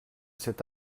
cet